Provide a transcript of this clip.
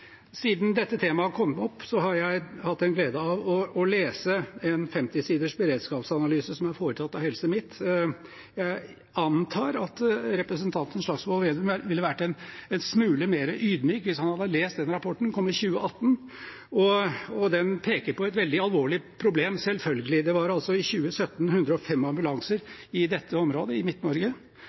Siden dette temaet kom opp, har jeg hatt gleden av å lese en 50-siders beredskapsanalyse som er foretatt av Helse Midt-Norge. Jeg antar at representanten Slagsvold Vedum ville vært en smule mer ydmyk hvis han hadde lest den rapporten, som kom i 2018. Den peker på et veldig alvorlig problem, selvfølgelig. I 2017 var det 105 ambulanser i Helse Midt-Norges område. Det ligger an til at vi kommer til å trenge 126 ambulanser i 2030. Dette